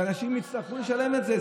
ואנשים יצטרכו לשלם את זה.